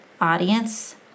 audience